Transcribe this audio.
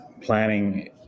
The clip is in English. planning